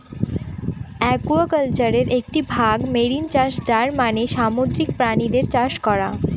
একুয়াকালচারের একটি ভাগ মেরিন চাষ যার মানে সামুদ্রিক প্রাণীদের চাষ করা